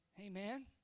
Amen